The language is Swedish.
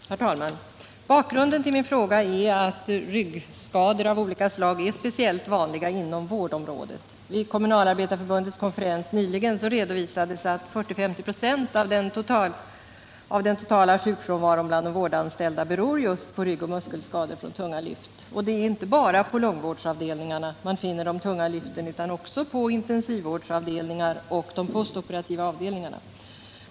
Herr talman! Bakgrunden till min fråga är att ryggskador av olika slag är speciellt vanliga inom vårdområdet. Vid Kommunalarbetareförbundets konferens nyligen redovisades att 40-50 26 av den totala sjukfrånvaron bland de vårdanställda beror just på ryggoch muskelskador från tunga lyft. Och det är inte bara på långvårdsavdelningarna man finner de tunga lyften utan också på intensivvårdsavdelningar och de postoperativa avdelningarna.